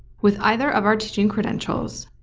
with either of our teaching credentials,